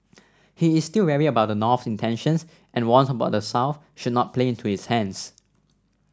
he is still wary about the North intentions and warns about South should not play into its hands